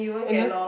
and just